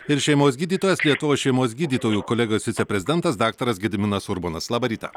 ir šeimos gydytojas lietuvos šeimos gydytojų kolegijos viceprezidentas daktaras gediminas urbonas labą rytą